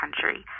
country